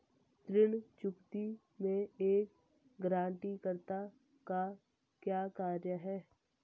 ऋण चुकौती में एक गारंटीकर्ता का क्या कार्य है?